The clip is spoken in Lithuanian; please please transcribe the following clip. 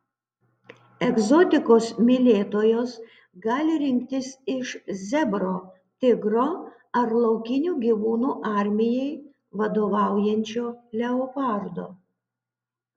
egzotikos mylėtojos gali rinktis iš zebro tigro ar laukinių gyvūnų armijai vadovaujančio leopardo